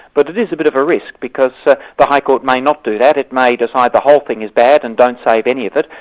but it is a bit of a risk because the the high court may not do that, it may decide the whole thing is bad and don't save any of it,